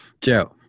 Joe